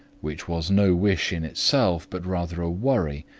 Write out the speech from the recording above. which was no wish in itself but rather a worry,